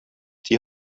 die